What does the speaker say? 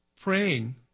praying